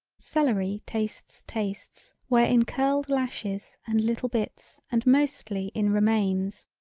celery tastes tastes where in curled lashes and little bits and mostly in remains.